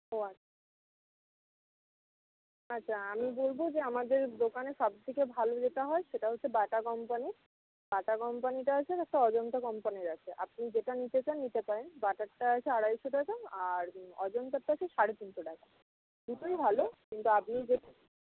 ও আচ্ছা আচ্ছা আমি বলবো যে আমাদের দোকানে সবথেকে ভালো যেটা হয় সেটা হচ্ছে বাটা কম্পানির বাটা কম্পানির আছে আর একটা অজন্তা কম্পানির আছে আপনি যেটা নিতে চান নিতে পারেন বাটারটা হচ্ছে আড়াইশো টাকা অজন্তারটা হচ্ছে সাড়ে তিনশো টাকা দুটোই ভালো কিন্তু আপনি যেটা